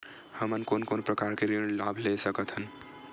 हमन कोन कोन प्रकार के ऋण लाभ ले सकत हन?